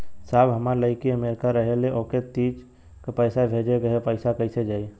साहब हमार लईकी अमेरिका रहेले ओके तीज क पैसा भेजे के ह पैसा कईसे जाई?